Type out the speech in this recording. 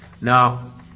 Now